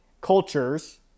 cultures